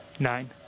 Nine